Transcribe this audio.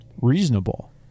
reasonable